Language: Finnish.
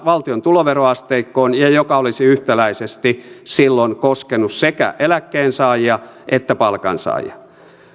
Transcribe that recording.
valtion tuloveroasteikkoon ja joka olisi yhtäläisesti silloin koskenut sekä eläkkeensaajia että palkansaajia